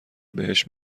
بهش